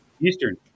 Eastern